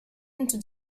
into